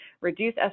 reduce